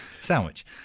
sandwich